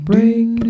Break